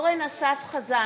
מצביעה אורן אסף חזן,